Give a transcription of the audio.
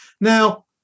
Now